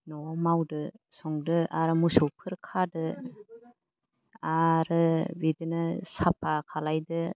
न'आव मावदो संदो आरो मोसौफोर खादो आरो बिदिनो साफा खालामदो